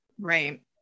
right